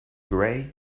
grey